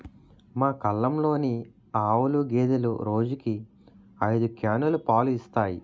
మా కల్లంలోని ఆవులు, గేదెలు రోజుకి ఐదు క్యానులు పాలు ఇస్తాయి